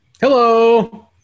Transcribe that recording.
Hello